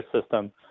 System